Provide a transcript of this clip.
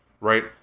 right